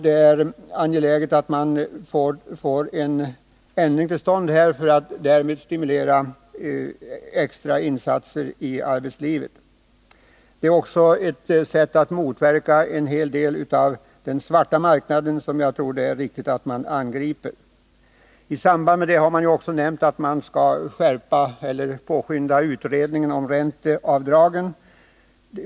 Det är angeläget att vi här får till stånd en ändring för att därmed stimulera extra insatser i arbetslivet. Det är också ett sätt att motverka en stor del av den svarta marknad som det är viktigt att vi angriper. I samband med detta har regeringen också nämnt att den skall påskynda utredningen om ränteavdragen.